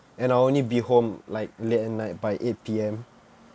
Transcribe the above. and I'll only be home like late at night by eight P_M